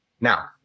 Now